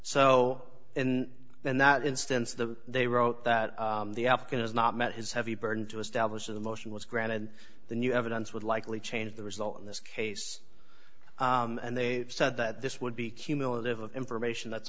so and in that instance the they wrote that the applicant is not met his heavy burden to establish the motion was granted the new evidence would likely change the result in this case and they said that this would be cumulative of information that's